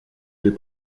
des